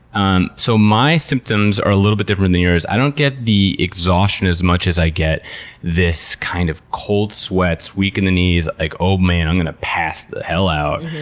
um so my symptoms are a little bit different than yours. i don't get the exhaustion as much as i get this, kind of, cold sweats, weak in the knees like, oh man, i'm gonna pass the hell out,